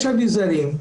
יש אביזרים,